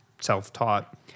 self-taught